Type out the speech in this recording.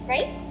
Right